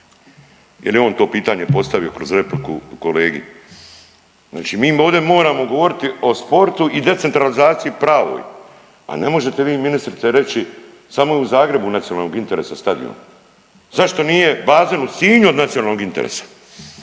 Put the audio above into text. jel je on to pitanje postavio kroz repliku kolegi. Znači mi ovdje moramo govoriti o sportu i decentralizaciji pravoj, a ne možete vi ministrice reći samo je u Zagrebu od nacionalnog interesa stadion. Zašto nije bazen u Sinju od nacionalnog interesa,